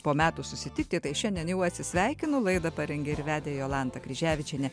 po metų susitikti tai šiandien jau atsisveikinu laidą parengė ir vedė jolanta kryževičienė